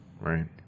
Right